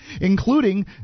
including